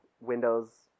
windows